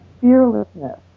fearlessness